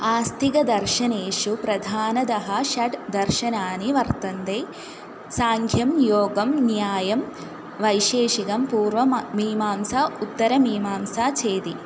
आस्तिकदर्शनेषु प्रधानतः षट् दर्शनानि वर्तन्ते साङ्ख्यं योगः न्यायः वैशेषिकं पूर्वमीमांसा उत्तरमीमांसा चेति